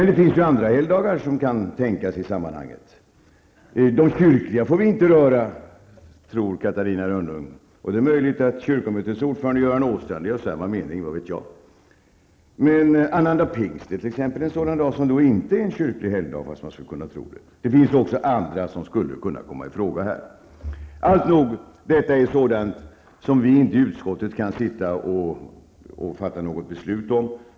Det finns dock andra helgdagar som kan tänkas i sammanhanget. De kyrkliga får vi inte röra, tror Catarina Rönnung. Det är möjligt att kyrkomötets ordförande Göran Åstrand är av samma mening. Men annandag pingst är t.ex. en sådan dag som inte är kyrklig helgdag fast man skulle kunna tro det. Det finns även andra dagar som skulle kunna komma i fråga. Detta är emellertid sådant som vi i utskottet inte kan sitta och fatta beslut om.